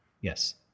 Yes